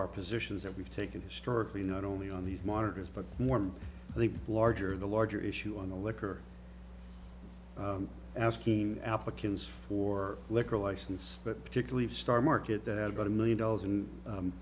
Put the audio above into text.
our positions that we've taken historically not only on these monitors but norm the larger the larger issue on the liquor asking applicants for liquor license but particularly star market that got a million dollars and